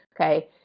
Okay